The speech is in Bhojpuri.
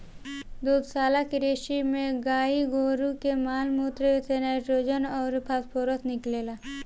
दुग्धशाला कृषि में गाई गोरु के माल मूत्र से नाइट्रोजन अउर फॉस्फोरस निकलेला